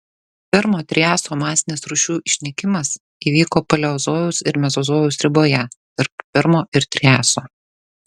permo triaso masinis rūšių išnykimas įvyko paleozojaus ir mezozojaus riboje tarp permo ir triaso